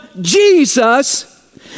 Jesus